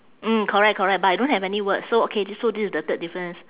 mm correct correct but I don't have any words so okay this so this is the third difference